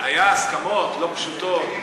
היו הסכמות לא פשוטות,